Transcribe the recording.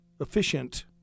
efficient